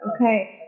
Okay